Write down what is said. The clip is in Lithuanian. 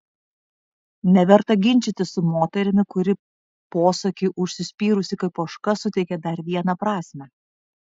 neverta ginčytis su moterimi kuri posakiui užsispyrusi kaip ožka suteikė dar vieną prasmę